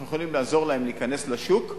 אנחנו יכולים לעזור להן להיכנס לשוק,